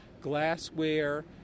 glassware